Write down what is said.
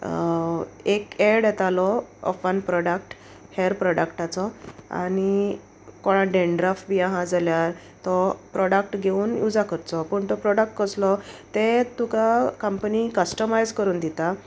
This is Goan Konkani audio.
एक एड येतालो ऑफवान प्रोडक्ट हेअर प्रोडक्टाचो आनी कोणा डेंड्राफ बी आहा जाल्यार तो प्रोडक्ट घेवन यूजा करचो पूण तो प्रोडक्ट कसलो ते तुका कंपनी कस्टमायज करून दिता